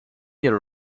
their